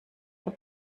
herr